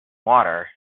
water